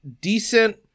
decent